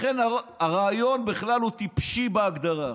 לכן הרעיון בכלל הוא טיפשי בהגדרה.